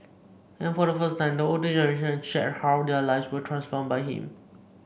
and for the first time the older generation shared how their lives were transformed by him